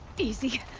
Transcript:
easy.